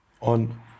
on